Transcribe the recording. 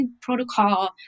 protocol